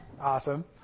Awesome